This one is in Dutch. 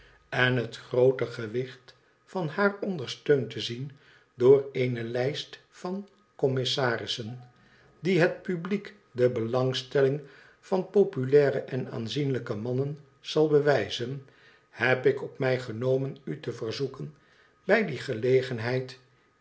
en het groote gewicht van haar ondersteund te zien door eene lijst van commissarissen die het publiek de belangstelling van populaire en aanzienlijke mannen zal bewijzen heb ik op mij genomen u te verzoeken bij die gelegenheid